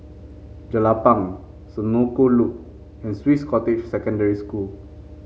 Jelapang Senoko Loop and Swiss Cottage Secondary School